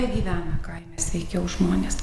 negyvena kaime sveikiau žmonės